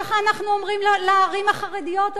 ככה אנחנו אומרים לערים החרדיות או